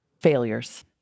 failures